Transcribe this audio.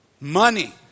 Money